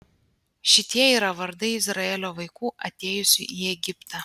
šitie yra vardai izraelio vaikų atėjusių į egiptą